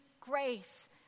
grace